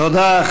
תודה,